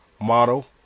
model